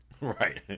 right